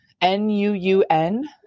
N-U-U-N